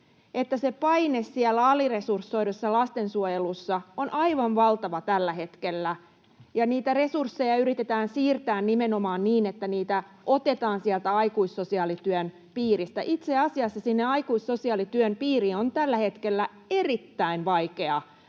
että se paine siellä aliresursoidussa lastensuojelussa on aivan valtava tällä hetkellä, ja niitä resursseja yritetään siirtää nimenomaan niin, että niitä otetaan sieltä aikuissosiaalityön piiristä. Itse asiassa sinne aikuissosiaalityön piiriin on tällä hetkellä erittäin vaikea